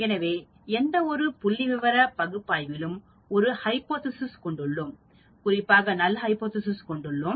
எனவே எந்தவொரு புள்ளிவிவர பகுப்பாய்விலும் நாம் ஒரு ஹைபோதேசிஸ் கொண்டுள்ளோம் குறிப்பாக நல் ஹைபோதேசிஸ் கொண்டுள்ளோம்